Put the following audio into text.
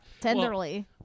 Tenderly